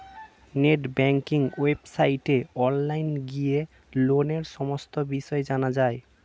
net banking ওয়েবসাইটে online গিয়ে লোনের সমস্ত বিষয় জানা যায়